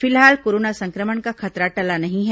फिलहाल कोरोना संक्रमण का खतरा टला नहीं है